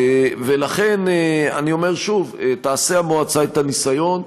ולכן אני אומר שוב: תעשה המועצה את הניסיון,